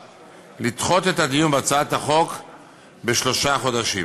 לדחות את הדיון בהצעת החוק בשלושה חודשים,